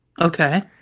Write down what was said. Okay